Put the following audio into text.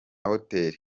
hotel